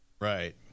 Right